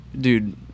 dude